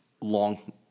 long